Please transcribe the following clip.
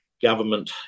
government